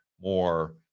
more